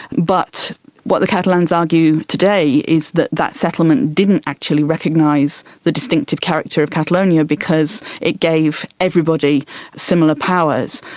but what the catalans argue today is that that settlement didn't actually recognise the distinctive character of catalonia because it gave everybody similar powers,